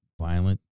Violent